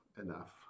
enough